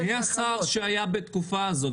מי היה השר בתקופה הזאת?